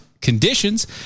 conditions